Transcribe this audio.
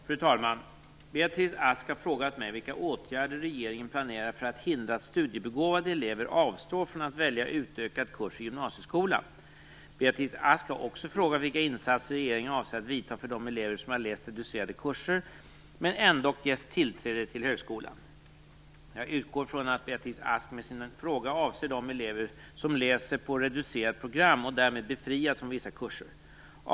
Fru talman! Beatrice Ask har frågat mig vilka åtgärder regeringen planerar att vidta för att hindra att studiebegåvade elever avstår från att välja utökad kurs i gymnasieskolan. Beatrice Ask har också frågat vilka insatser regeringen avser att vidta för de elever som har läst reducerade kurser med ändock ges tillträde till högskolan. Jag utgår från att Beatrice Ask med sin fråga avser de elever som läser på reducerat program och därmed befriats från vissa kurser.